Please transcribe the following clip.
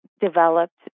developed